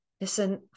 listen